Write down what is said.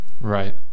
Right